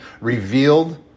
revealed